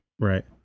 Right